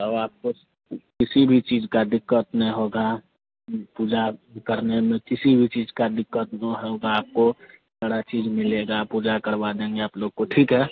और आपको किसी भी चीज़ की दिक़्क़त नहीं होगा पूजा करने में किसी भी चीज़ की दिक़्क़त ना होगी आपको सारा चीज़ मिलेगा पूजा करवा देंगे आप लोग को ठीक है